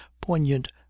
poignant